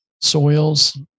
soils